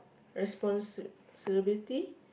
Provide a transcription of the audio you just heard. responsibility